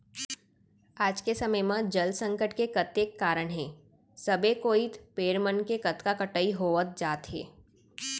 आज के समे म जल संकट के कतेक कारन हे सबे कोइत पेड़ मन के कतका कटई होवत जात हे